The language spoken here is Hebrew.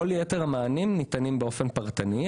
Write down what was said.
כל יתר המענים ניתנים באופן פרטני.